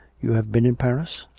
you have been in paris?